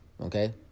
Okay